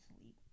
sleep